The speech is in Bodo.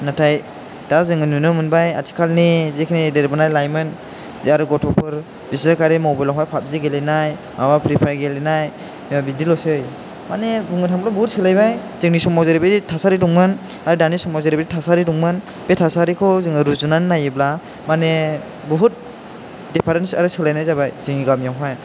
नाथाय दा जोङो नुनो मोनबाय आथिखालनि जिखिनि देरबोनाय लाइमोन आरो गथ'फोर बिसोर खालि मबाइलावहाय पाबजि गेलेनाय माबा फ्रि फायार गेलेनाय बिदिल'सै माने बुंनो थाङोब्ला बहुथ सोलायबाय जोंनि समाव जेरैबायदि थासारि दङमोन आरो दानि समाव जेरैबायदि थासारि दंमोन बे थासारिखौ जोङो रुजुनानै नायोब्ला माने बहुथ दिफारेनस आरो सोलायनाय जाबाय जोंनि गामियावहाय